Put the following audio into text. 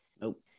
nope